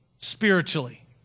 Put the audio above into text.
spiritually